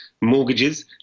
mortgages